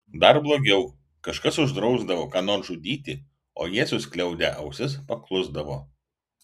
dar blogiau kažkas uždrausdavo ką nors žudyti o jie suskliaudę ausis paklusdavo